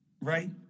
right